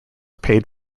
paid